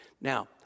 Now